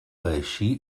així